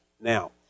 now